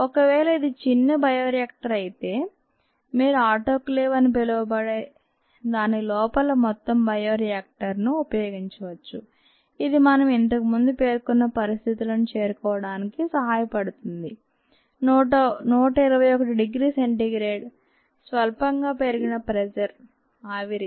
ఒకవేళ ఇది చిన్న బయోరియాక్టర్ అయితే మీరు ఆటోక్లీవ్ అని పిలవబడే దాని లోపల మొత్తం బయోరియాక్టర్ ను ఉంచవచ్చు ఇది మనం ఇంతకు ముందు పేర్కొన్న పరిస్థితులను చేరుకోవడానికి సహాయపడుతుంది 121 డిగ్రీ C స్వల్పంగా పెరిగిన ప్రెషర్ ఆవిరి